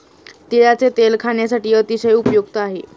तिळाचे तेल खाण्यासाठी अतिशय उपयुक्त आहे